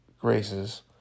graces